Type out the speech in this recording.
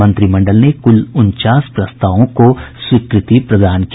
मंत्रिमंडल ने कुल उनचास प्रस्तावों को स्वीकृति प्रदान की